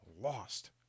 lost